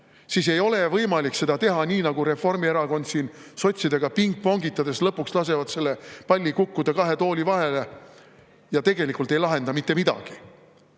siis ei ole võimalik seda teha nii, nagu Reformierakond siin sotsidega pingpongitades [teeb]. Lõpuks lasevad nad sellel pallil kukkuda kahe tooli vahele ja tegelikult ei lahenda mitte midagi.